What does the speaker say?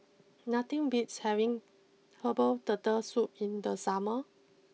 nothing beats having Herbal Turtle Soup in the summer